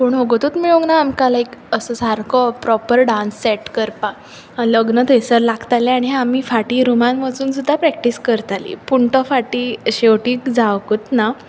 पूण वगतूच मेळूंक ना आमकां असो सारको बरो डान्स सेट करपाक लग्न थंयसर लागतलें आनी आमी फाटी रुमांत वचून सुद्दा प्रॅक्टीस करतालीं पूण तो फाटीं शेवटी जावुंकूच ना